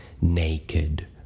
naked